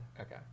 Okay